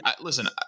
listen